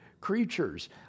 creatures